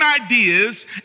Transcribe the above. ideas